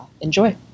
enjoy